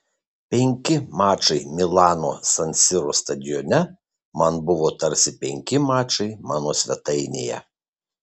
penki mačai milano san siro stadione man buvo tarsi penki mačai mano svetainėje